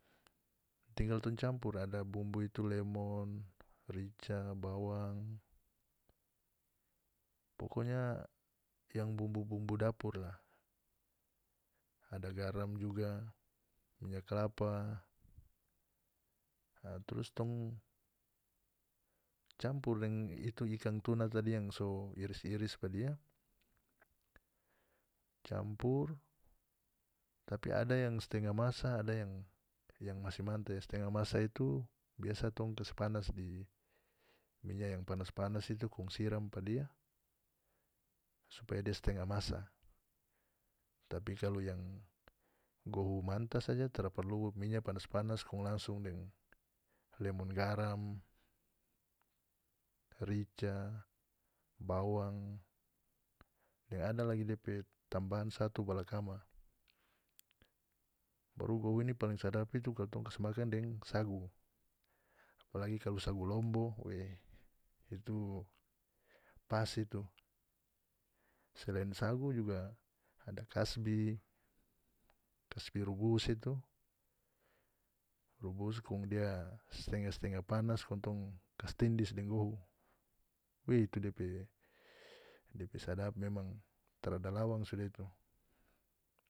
Tinggal tong campur ada bumbu itu lemon rica bawang pokonya yang bumbu-bumbu dapur la ada garam juga minya kalapa a trus tong campur deng itu ikan tuna tadi yang so iris-iris pa dia campur tapi ada yang stengah masa ada yang yang masih manta yang stengah masa itu biasa tong kas panas di minya yang panas-panas itu kong siram pa dia supaya di stenga masa tapi kalu yang ghou manta saja tara perlu minya panas-panas kong langsung deng lemon garam rica bawang deng ada lagi depe tambahan satu balakama baru gohu ini paling sadap itu kalu tong kas makan deng sagu apalagi kalu sagu lombo we itu pas itu selain sagu juga ada kasbi kasbi rubus itu rubus kong dia stengah-stengah panas kong tong kas tindis deng gohu we itu depe depe sadap memang tarada lawang sudah itu.